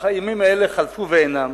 אך הימים האלה חלפו ואינם.